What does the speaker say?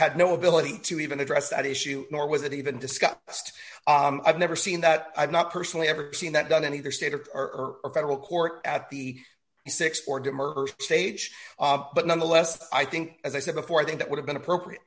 had no ability to even address that issue nor was it even discussed i've never seen that i've not personally ever seen that done any other state of or a federal court at the six or demurred stage but nonetheless i think as i said before i think that would have been appropriate